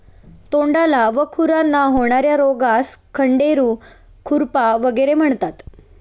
तोंडाला व खुरांना होणार्या रोगास खंडेरू, खुरपा वगैरे म्हणतात